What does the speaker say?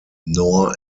nor